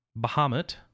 Bahamut